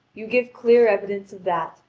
you give clear evidence of that,